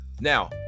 Now